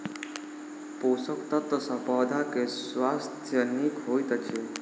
पोषक तत्व सॅ पौधा के स्वास्थ्य नीक होइत अछि